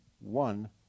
one